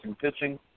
pitching